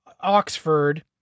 Oxford